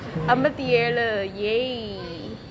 அம்பத்தி ஏழு:ambathi ezhu !yay!